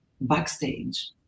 backstage